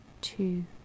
two